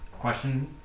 question